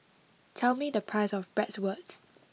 tell me the price of Bratwurst